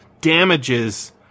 damages